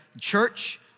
church